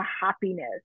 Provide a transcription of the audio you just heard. happiness